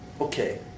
okay